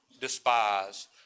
despise